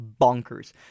bonkers